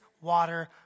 water